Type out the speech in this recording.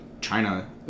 China